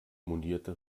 monierte